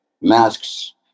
Masks